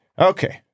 Okay